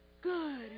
good